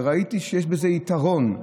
וראיתי שיש בזה יתרון,